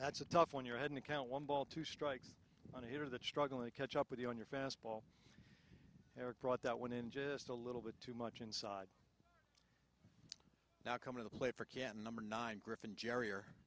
that's a tough one your had an account one ball two strikes on here that struggling to catch up with you on your fastball eric brought that one in just a little bit too much inside now come into play for get a number nine griffin